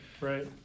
Right